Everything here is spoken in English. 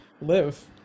live